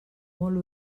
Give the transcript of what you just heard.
molt